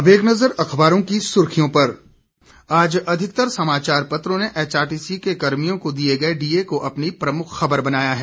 अब एक नजर अखबारों की सुर्खियों पर आज अधिकतर समाचार पत्रों ने एचआरटीसी के कर्मियों को दिए गए डीए को अपनी प्रमुख ख़बर बनाया है